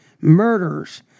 murders